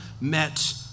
met